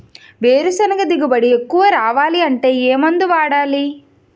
వేరుసెనగ దిగుబడి ఎక్కువ రావాలి అంటే ఏ మందు వాడాలి?